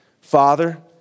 Father